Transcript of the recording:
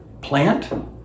plant